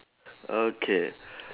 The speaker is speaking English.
okay